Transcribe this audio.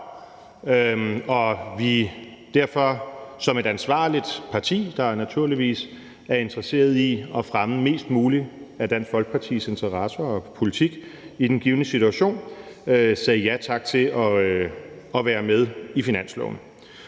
og vi derfor som et ansvarligt parti, der naturligvis er interesseret i at fremme flest mulige af Dansk Folkepartis interesser og mest muligt af Dansk Folkepartis politik, i den givne situation sagde ja tak til at være med i finansloven.